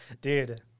Dude